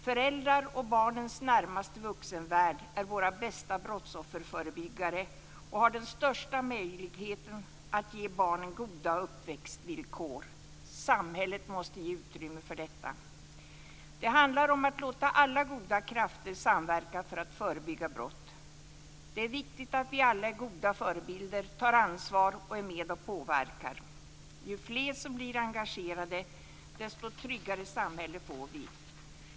Föräldrar och barnens närmaste vuxenvärld är våra bästa brottsofferförebyggare och har den största möjligheten att ge barnen goda uppväxtvillkor. Samhället måste ge utrymme för detta. Det handlar om att låta alla goda krafter samverka för att förebygga brott. Det är viktigt att vi alla är goda förebilder, tar ansvar och är med och påverkar. Ju fler som blir engagerade, desto tryggare samhälle får vi.